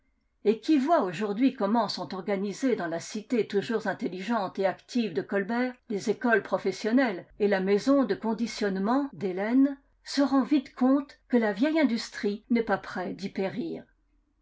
et qui voit aujourd'hui comment sont organisées dans la cité toujours intelligente et active de colbert les écoles professionnelles et la maison de conditionnement des laines se rend vite compte que la vieille industrie n'est pas près d'y périr